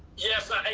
yes,